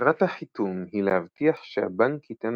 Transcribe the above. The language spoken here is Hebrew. מטרת החיתום היא להבטיח שהבנק ייתן